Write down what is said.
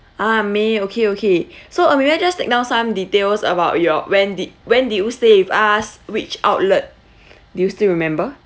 ah may okay okay so uh may I just take down some details about your when did when did you stay with us which outlet do you still remember